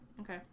Okay